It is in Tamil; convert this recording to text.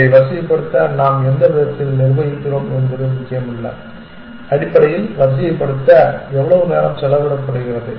அதை வரிசைப்படுத்த நாம் எந்த விதத்தில் நிர்வகிக்கிறோம் என்பது முக்கியமல்ல அடிப்படையில் வரிசைப்படுத்த எவ்வளவு நேரம் செலவிடப்படுகிறது